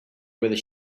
whether